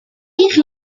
érigé